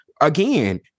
again